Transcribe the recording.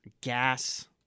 gas